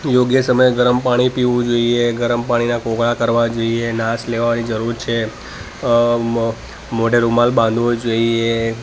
યોગ્ય સમયે ગરમ પાણી પીવું જોઈએ ગરમ પાણીના કોગળા કરવા જોઈએ નાસ લેવાની જરૂર છે અ મોં મોઢે રૂમાલ બાંધવો જોઈએ